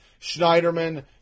Schneiderman